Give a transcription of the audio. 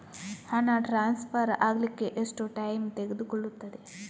ಹಣ ಟ್ರಾನ್ಸ್ಫರ್ ಅಗ್ಲಿಕ್ಕೆ ಎಷ್ಟು ಟೈಮ್ ತೆಗೆದುಕೊಳ್ಳುತ್ತದೆ?